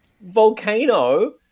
volcano